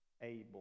able